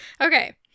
Okay